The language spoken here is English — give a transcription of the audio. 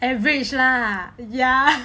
average lah ya